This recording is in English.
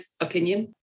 opinion